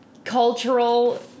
Cultural